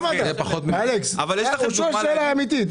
הוא שואל שאלה אמיתית,